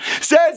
Says